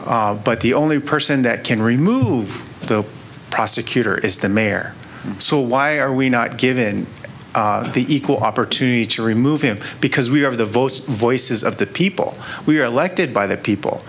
appoints but the only person that can remove the prosecutor is the mayor so why are we not given the equal opportunity to remove him because we have the votes voices of the people we are elected by the people